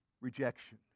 rejection